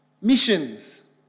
missions